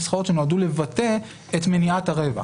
נוסחאות שנועדו לבטא את מניעת הרווח.